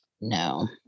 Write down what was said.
no